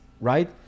right